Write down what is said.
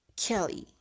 Kelly